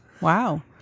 wow